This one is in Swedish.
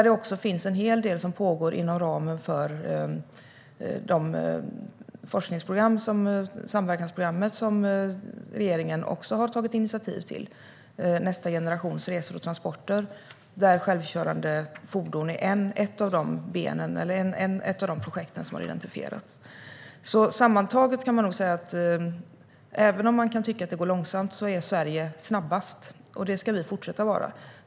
Det pågår även en hel del inom ramen för forskningen i det samverkansprogram som regeringen har tagit initiativ till och som heter Nästa generations resor och transporter. Där är självkörande fordon ett av de projekt som har identifierats. Sammantaget kan sägas att även om man tycker att det går långsamt är Sverige snabbast, och det ska vi fortsätta vara.